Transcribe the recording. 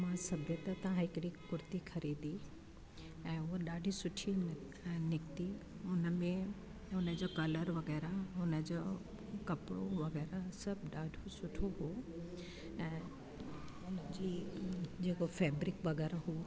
मां सभ्यता खां हिकरी कुर्ती ख़रीदी ऐं उहा ॾाढी सुठी निकती हुन में हुन जो कलर वग़ैरह हुन जो कपिड़ो वग़ैरह सभु ॾाढो सुठो हुओ ऐं हुनजी जेको फैबरिक वग़ैरह उहो